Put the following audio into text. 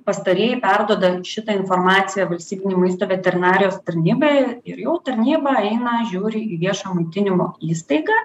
pastarieji perduodant šitą informaciją valstybinei maisto veterinarijos tarnybai ir jau tarnyba eina žiūri į viešojo maitinimo įstaigą